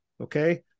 Okay